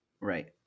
Right